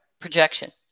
projection